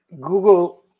Google